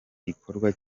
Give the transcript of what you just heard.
gikorwa